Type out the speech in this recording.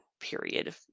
period